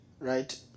right